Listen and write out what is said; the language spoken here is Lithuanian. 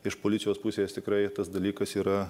iš policijos pusės tikrai tas dalykas yra